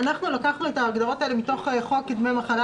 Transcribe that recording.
לקחנו את ההגדרות האלה מתוך חוק דמי מחלה,